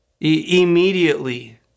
Immediately